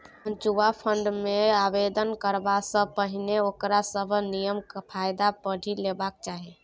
mutual fund मे आवेदन करबा सँ पहिने ओकर सभ नियम कायदा पढ़ि लेबाक चाही